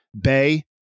bay